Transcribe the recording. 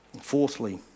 fourthly